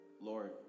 Lord